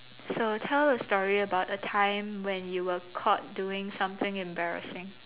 so tell a story about a time when you were caught doing something embarrassing